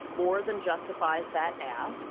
more than justifies that ask.